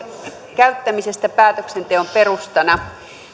käyttämisestä päätöksenteon perustana